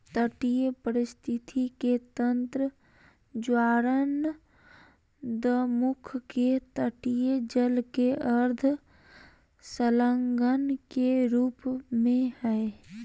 तटीय पारिस्थिति के तंत्र ज्वारनदमुख के तटीय जल के अर्ध संलग्न के रूप में हइ